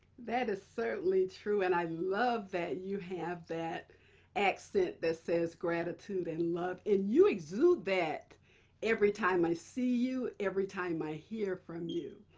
that is certainly true, and i love that you have that accent that says gratitude and love. and you exude that every time i see you, every time i hear from you.